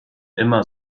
immer